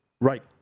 Right